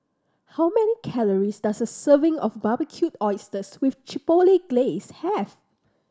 how many calories does a serving of Barbecued Oysters with Chipotle Glaze have